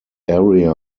area